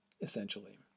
essentially